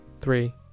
three